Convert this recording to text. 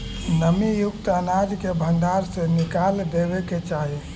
नमीयुक्त अनाज के भण्डार से निकाल देवे के चाहि